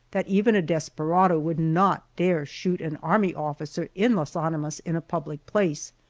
that even a desperado would not dare shoot an army officer in las animas in a public place,